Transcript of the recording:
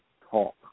talk